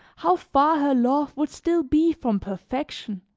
how far her love would still be from perfection,